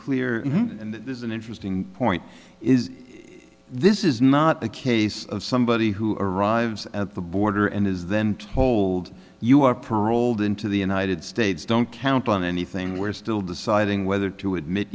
clear and this is an interesting point is this is not a case of somebody who arrives at the border and is then told you are paroled into the united states don't count on anything we're still deciding whether to admit